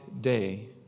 day